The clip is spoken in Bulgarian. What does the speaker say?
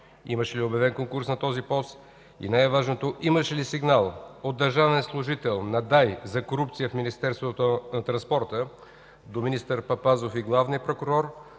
Имаше ли обявен конкурс на този пост? И най-важното, имаше ли сигнал от държавен служител на ДАИ за корупция в Министерството на транспорта до министър Папазов и главния прокурор,